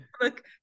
Look